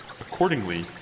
Accordingly